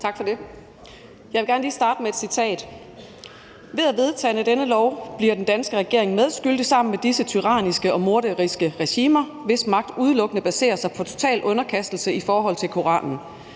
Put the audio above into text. Jeg vil gerne lige starte med et citat: Ved at vedtage denne lov bliver den danske regering medskyldig sammen med disse tyranniske og morderiske regimer, hvis magt udelukkende baserer sig på total underkastelse i forhold til Koranen.